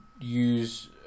use